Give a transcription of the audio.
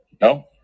No